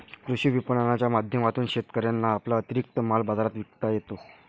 कृषी विपणनाच्या माध्यमातून शेतकऱ्यांना आपला अतिरिक्त माल बाजारात विकता येतो